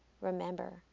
Remember